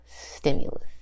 stimulus